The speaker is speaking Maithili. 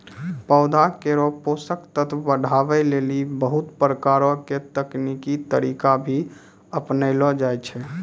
पौधा केरो पोषक तत्व बढ़ावै लेलि बहुत प्रकारो के तकनीकी तरीका भी अपनैलो जाय छै